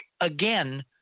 again